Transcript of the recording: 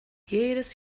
jedes